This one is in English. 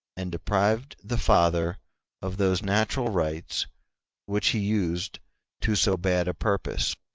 and deprived the father of those natural rights which he used to so bad a purpose.